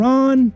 Ron